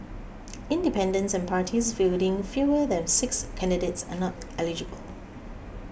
independents and parties fielding fewer than six candidates are not eligible